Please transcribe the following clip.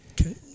Okay